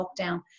lockdown